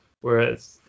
whereas